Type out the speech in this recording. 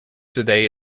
today